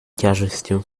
тяжестью